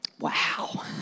wow